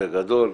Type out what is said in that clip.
בגדול,